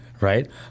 right